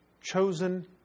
chosen